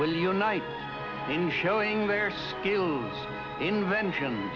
will unite in showing their skills invention